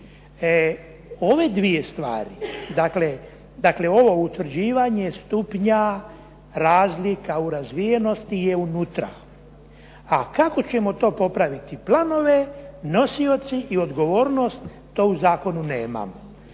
Ove dvije stvari, dakle ovo utvrđivanje stupnja razlika u razvijenosti je unutra. A kako ćemo to popraviti? Planove, nosioci i odgovornost to u zakonu nemamo.